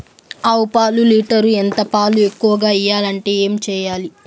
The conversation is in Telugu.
ఆవు పాలు లీటర్ ఎంత? పాలు ఎక్కువగా ఇయ్యాలంటే ఏం చేయాలి?